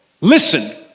Listen